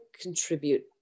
contribute